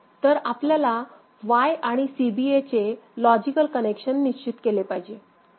तर आपल्याला Y आणि C B A चे लॉजिकल कनेक्शन निश्चित केले पाहिजे